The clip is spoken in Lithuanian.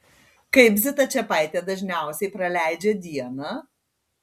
kaip zita čepaitė dažniausiai praleidžia dieną